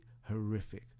horrific